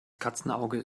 katzenauge